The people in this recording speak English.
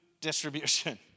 Distribution